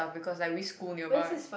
because I wish school nearby